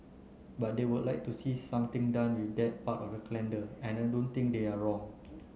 but they would like to see something done with that part of the calendar and I don't think they're wrong